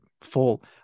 full